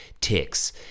ticks